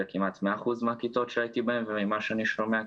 בכמעט מאה אחוז מהכיתות שהייתי בהן וממה שאני שומע,